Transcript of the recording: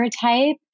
type